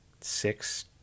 six